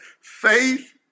faith